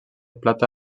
plata